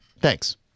Thanks